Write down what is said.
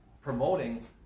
promoting